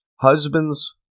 husbands